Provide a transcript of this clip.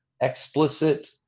explicit